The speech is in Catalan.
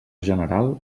general